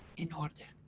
in order.